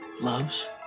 Loves